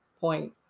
point